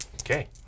Okay